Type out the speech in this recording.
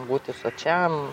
būti sočiam